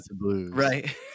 Right